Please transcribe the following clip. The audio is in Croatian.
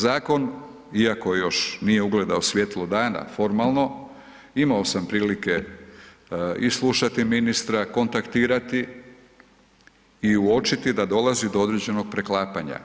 Zakon iako još nije ugledao svjetlo dana formalno, imao sam prilike i slušati ministra, kontaktirati i uočiti da dolazi do određenog preklapanja.